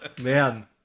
man